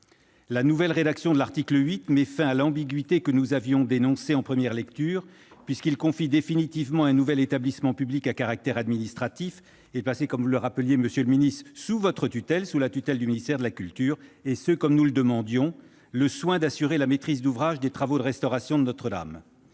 La nouvelle rédaction de l'article 8 met fin à l'ambiguïté que nous avions dénoncée en première lecture, puisque celui-ci confie définitivement à un nouvel établissement public, à caractère administratif et placé sous la tutelle du ministère de la culture, comme nous le demandions, le soin d'assurer la maîtrise d'ouvrage des travaux de restauration de Notre-Dame.